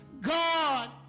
God